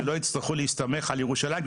שלא יצטרכו להסתמך על ירושלים,